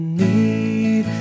need